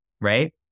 right